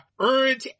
earned